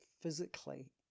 physically